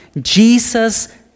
Jesus